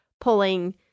pulling